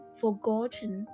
forgotten